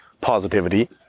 positivity